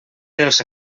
dels